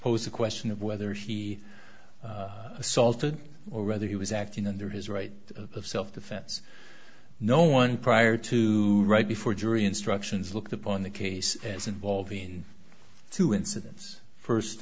that posed the question of whether he assaulted or whether he was acting under his right of self defense no one prior to right before jury instructions looked upon the case as involving two incidents